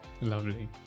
lovely